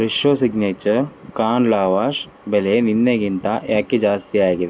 Fresho signature corn lavash ಬೆಲೆ ನಿನ್ನೆಗಿಂತ ಯಾಕೆ ಜಾಸ್ತಿಯಾಗಿದೆ